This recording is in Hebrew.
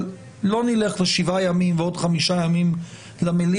אבל לא נלך לשבעה ימים ועוד חמישה ימים למליאה.